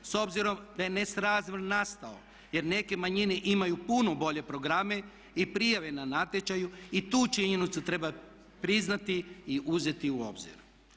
S obzirom da je nesrazmjer nastao jer neke manjine imaju puno bolje programe i prijave na natječaju i tu činjenicu treba priznati i uzeti u obzir.